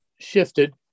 shifted